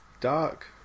dark